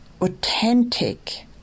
authentic